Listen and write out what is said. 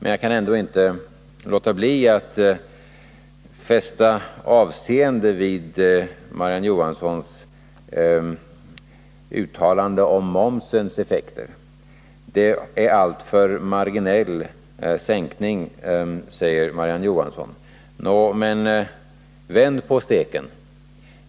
Jag kan ändå inte låta bli att fästa avseende vid Marie-Ann Johanssons uttalande om momssänkningens effekter. Sänkningen är alltför marginell för att ha någon verkan, sade Marie-Ann Johansson. Nå, men vänd då på steken!